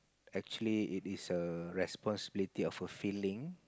actually it is a responsibility of a feeling